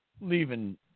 Leaving